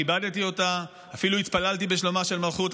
כיבדתי אותה, אפילו התפללתי לשלומה של מלכות.